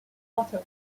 waterway